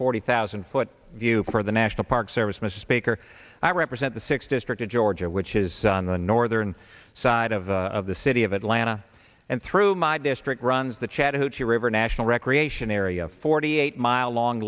forty thousand foot view for the national park service mr speaker i represent the six district in georgia which is on the northern side of the city of atlanta and through my district runs the chattahoochee river national recreation area forty eight mile long